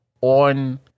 on